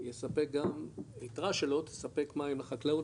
יספק גם יתרה שלו תספק מים לחקלאות,